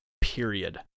period